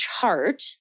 chart